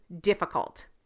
difficult